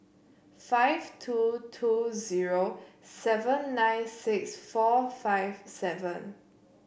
five two two zero seven nine six four five seven